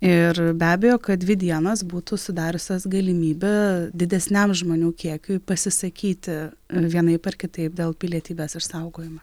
ir be abejo kad dvi dienas būtų sudariusios galimybę didesniam žmonių kiekiui pasisakyti vienaip ar kitaip dėl pilietybės išsaugojimo